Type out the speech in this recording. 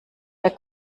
der